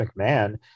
McMahon